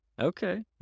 Okay